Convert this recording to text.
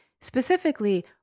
specifically